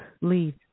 Leave